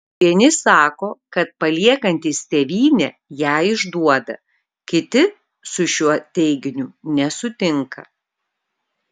vieni sako kad paliekantys tėvynę ją išduoda kiti su šiuo teiginiu nesutinka